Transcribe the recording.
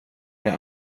jag